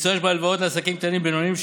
יצוין שבהלוואות לעסקים קטנים ובינוניים,